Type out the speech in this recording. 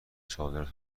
چادرت